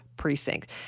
precinct